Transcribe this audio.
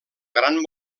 gran